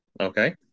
Okay